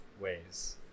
ways